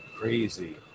crazy